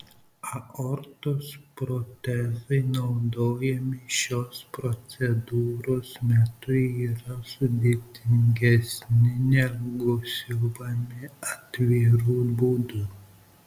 aortos protezai naudojami šios procedūros metu yra sudėtingesni negu siuvami atviru būdu